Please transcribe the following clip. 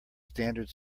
standard